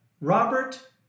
Robert